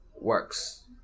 works